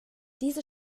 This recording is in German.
diese